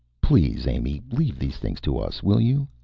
please, amy. leave these things to us, will you?